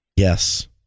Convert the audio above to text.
yes